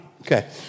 Okay